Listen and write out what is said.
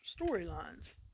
storylines